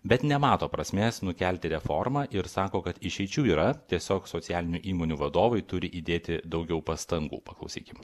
bet nemato prasmės nukelti reformą ir sako kad išeičių yra tiesiog socialinių įmonių vadovai turi įdėti daugiau pastangų paklausykim